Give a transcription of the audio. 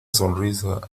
sonrisa